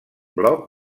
bloc